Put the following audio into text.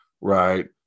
right